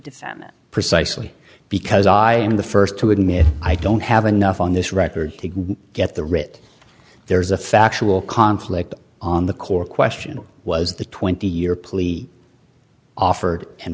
defendant precisely because i am the first to admit i don't have enough on this record to get the writ there is a factual conflict on the core question was the twenty year plea offered and